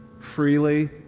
freely